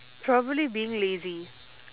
probably being lazy